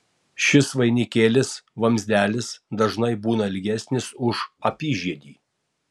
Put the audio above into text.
šis vainikėlis vamzdelis dažnai būna ilgesnis už apyžiedį